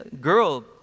girl